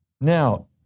Now